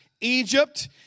Egypt